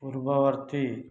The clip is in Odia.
ପୂର୍ବବର୍ତ୍ତୀ